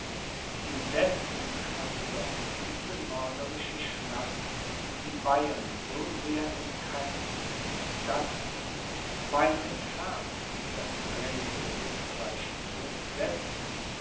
indessen hatte doch diese mörderische schlacht die bayern so sehr entkräftet daß sie weit entfernt das bedrängte oesterreich zu entsetzen